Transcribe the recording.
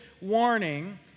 warning